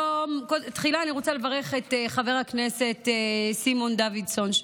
תחילה אני רוצה לברך את חבר הכנסת סימון דוידסון,